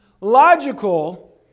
logical